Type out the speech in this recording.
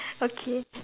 okay